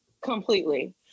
Completely